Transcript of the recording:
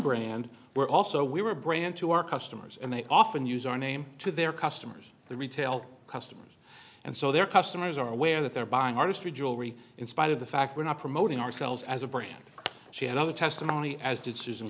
unbranded we're also we were brand to our customers and they often use our name to their customers the retail customers and so their customers are aware that they're buying our history jewelry in spite of the fact we're not promoting ourselves as a brand she had other testimony as di